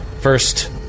First